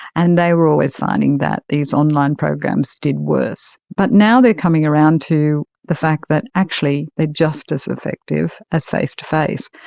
and they were always finding that these online programs did worse. but now they are coming around to the fact that actually they are just as effective as face-to-face,